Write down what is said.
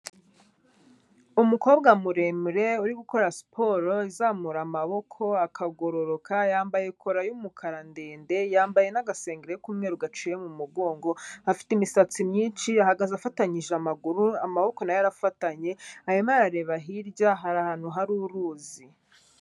Umukobwa muremure uri gukora siporo izamura amaboko akagororoka, yambaye kora y'umukara ndende, yambaye n'agasengeri k'umweru gaciye mu mugongo, afite imisatsi myinshi ahagaze afatanyije amaguru, amaboko nayo arafatanye arimo arareba hirya har'ahantu hari uruzi.